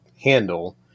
handle